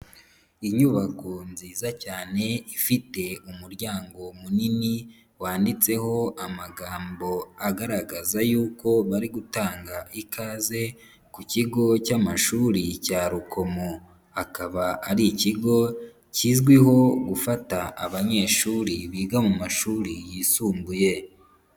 Inyubako nziza cyane ifite umuryango munini wanditseho amagambo agaragaza yuko bari gutanga ikaze ku kigo cy'amashuri cya Rukomo, akaba ari ikigo kizwiho gufata abanyeshuri biga mu mashuri yisumbuye.